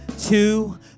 Two